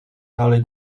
dalej